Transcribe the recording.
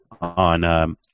on